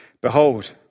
Behold